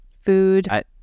food